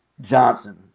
Johnson